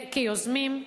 כיוזמים,